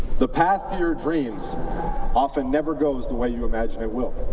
the path to your dreams often never goes the way you imagine will.